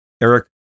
Eric